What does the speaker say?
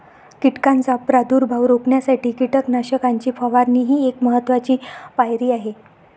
कीटकांचा प्रादुर्भाव रोखण्यासाठी कीटकनाशकांची फवारणी ही एक महत्त्वाची पायरी आहे